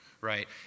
right